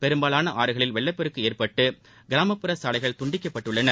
பெரும்பாலான ஆறுகளில் வெள்ளப்பெருக்கு ஏற்பட்டு கிராமப்புற சாலைகள் துண்டக்கப்பட்டுள்ளன